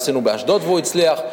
עשינו באשדוד והוא הצליח.